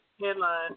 Headline